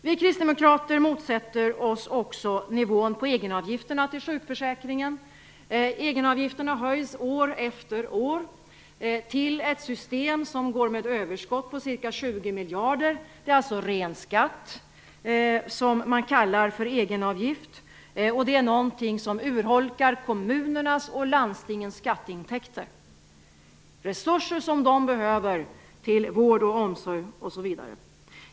Vi kristdemokrater motsätter oss också nivåerna på egenavgifterna till sjukförsäkringen. Egenavgifterna höjs år efter år till ett system som går med överskott på ca 20 miljarder. Det är alltså fråga om en ren skatt som man kallar för egenavgift. Det är något som urholkar kommunernas och landstingens skatteintäkter - resurser som de behöver för vård, omsorg osv.